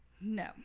no